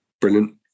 brilliant